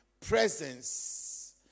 presence